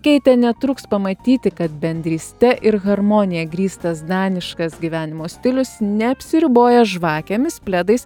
keitė netruks pamatyti kad bendryste ir harmonija grįstas daniškas gyvenimo stilius neapsiriboja žvakėmis pledais